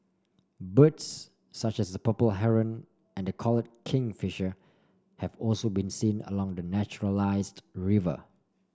birds such as the purple Heron and the collared kingfisher have also been seen along the naturalised river